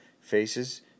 faces